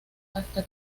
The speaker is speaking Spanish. hasta